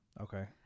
Okay